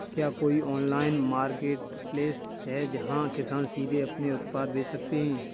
क्या कोई online marketplace है जहाँ किसान सीधे अपने उत्पाद बेच सकते हैं?